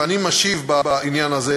ואני משיב בעניין הזה,